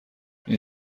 این